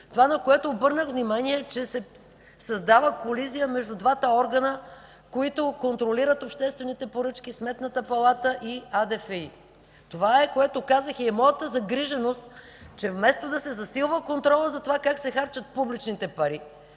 Това, на което обърнах внимание, е, че се създава колизия между двата органа, които контролират обществените поръчки – Сметната палата и АДФИ. Това е, което казах и моята загриженост е, че вместо да се засилва контролът за това как се харчат публичните пари,